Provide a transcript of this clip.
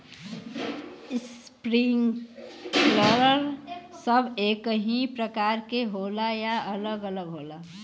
Sprinkler सब एकही प्रकार के होला या अलग अलग होला?